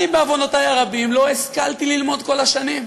אני, בעוונותי הרבים, לא השכלתי ללמוד כל השנים.